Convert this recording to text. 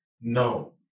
No